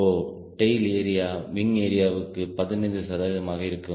ஓ tail area wing ஏரியாவுக்கு 15 சதவீதமாக இருக்கும்